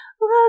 look